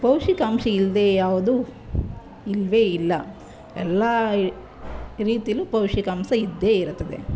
ಪೌಷ್ಟಿಕಾಂಶ ಇಲ್ಲದೇ ಯಾವುದು ಇಲ್ಲವೇ ಇಲ್ಲ ಎಲ್ಲ ರೀತಿಲೂ ಪೌಷ್ಟಿಕಾಂಶ ಇದ್ದೇ ಇರುತ್ತದೆ